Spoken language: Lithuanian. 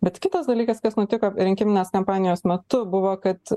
bet kitas dalykas kas nutiko rinkiminės kampanijos metu buvo kad